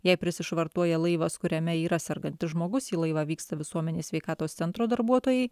jei prisišvartuoja laivas kuriame yra sergantis žmogus į laivą vyksta visuomenės sveikatos centro darbuotojai